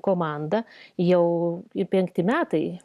komanda jau penkti metai